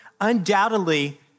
undoubtedly